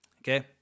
Okay